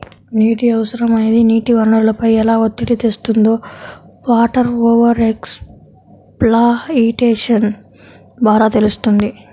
నీటి అవసరం అనేది నీటి వనరులపై ఎలా ఒత్తిడి తెస్తుందో వాటర్ ఓవర్ ఎక్స్ప్లాయిటేషన్ ద్వారా తెలుస్తుంది